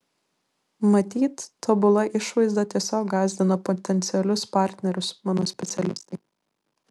matyt tobula išvaizda tiesiog gąsdina potencialius partnerius mano specialistai